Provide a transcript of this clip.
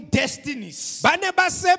destinies